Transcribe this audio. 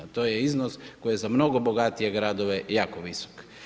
To je iznos koji je za mnogo bogatije gradove jako visok.